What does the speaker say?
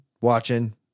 watching